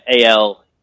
AL